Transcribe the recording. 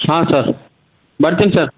ಹಾಂ ಸರ್ ಬರ್ತೀನಿ ಸರ್